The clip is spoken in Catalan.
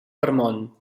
vermont